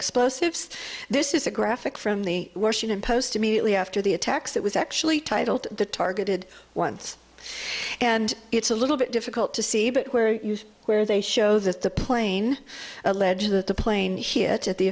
explosives this is a graphic from the washington post immediately after the attacks it was actually titled the targeted once and it's a little bit difficult to see but where they show that the plane alleged that the plane hit at the